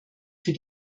für